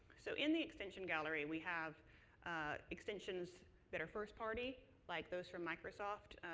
so in the extension gallery we have extensions that are first party like those from microsoft.